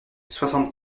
soixante